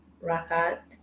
Rahat